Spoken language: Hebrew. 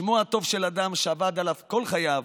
שמו הטוב של אדם, שעבד עליו כל חייו,